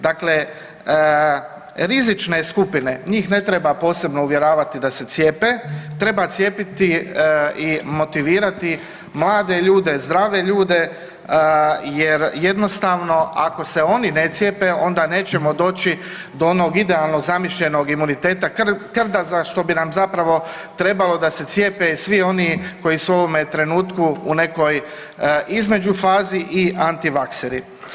Dakle, rizične skupine njih ne treba posebno uvjeravati da se cijepe, treba cijepiti i motivirati mlade ljude, zdrave ljude jer jednostavno ako se oni ne cijepe onda nećemo doći do onog idealno zamišljenog imuniteta krda za što bi nam zapravo trebalo da se cijepe i svi oni koji su u ovome trenutku u nekoj između fazi i antivakseri.